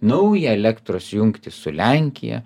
naują elektros jungtį su lenkija